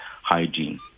hygiene